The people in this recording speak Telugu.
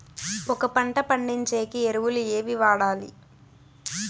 ఒక పంట పండించేకి ఎరువులు ఏవి వాడాలి?